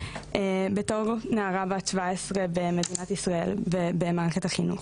בתור נערה בת שבע עשרה במדינת ישראל ובמערכת החינוך.